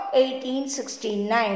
1869